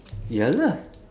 ya lah